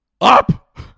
up